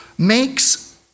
makes